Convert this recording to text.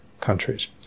countries